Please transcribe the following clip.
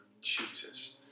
Jesus